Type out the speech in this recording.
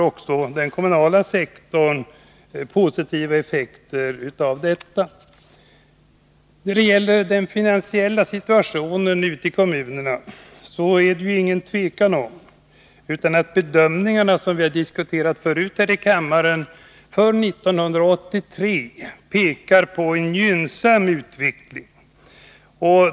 Också den kommunala sektorn får positiv effekt av detta. När det gäller den finansiella situationen ute i kommunerna råder ingen tvekan om att de bedömningar för 1983 som vi förut har diskuterat här i kammaren pekar på en gynnsam utveckling.